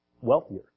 wealthier